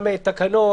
גם תקנות,